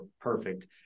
perfect